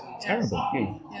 terrible